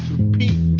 repeat